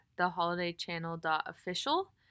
theholidaychannel.official